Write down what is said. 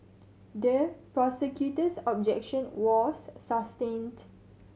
the prosecutor's objection was sustained